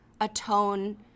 atone